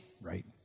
right